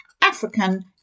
African